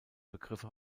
begriffe